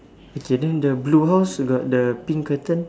okay then the blue house got the pink curtain